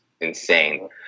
insane